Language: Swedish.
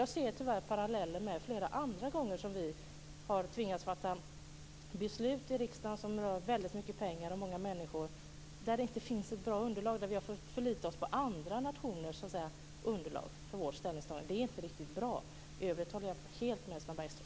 Jag ser tyvärr en parallell med flera andra frågor när vi i riksdagen har tvingats fatta beslut som har rört väldigt mycket pengar och många människor men där det inte har funnits ett bra underlag och där vi har fått förlita oss på andra nationers underlag för vårt ställningstagande. Det är inte riktigt bra. I övrigt håller jag helt med Sven Bergström.